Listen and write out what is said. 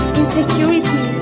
insecurity